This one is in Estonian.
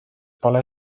pole